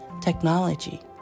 technology